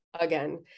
again